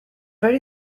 very